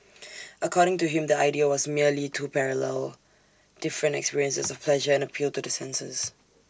according to him the idea was merely to parallel different experiences of pleasure and appeal to the senses